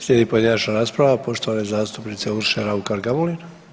Slijedi pojedinačna rasprava poštovane zastupnice Urše Raukar Gamulin.